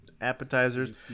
appetizers